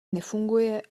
nefunguje